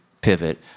pivot